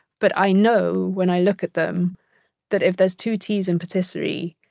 but i know when i look at them that if there's two t's in patisserie,